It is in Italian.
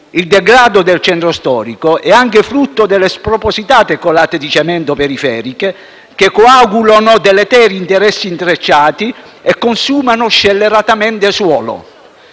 Il degrado del centro storico è anche frutto delle spropositate colate di cemento periferiche, che coagulano deleteri interessi intrecciati e consumano scelleratamente suolo.